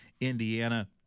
Indiana